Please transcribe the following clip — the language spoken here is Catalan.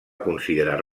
considerar